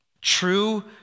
true